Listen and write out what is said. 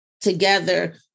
together